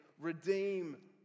redeem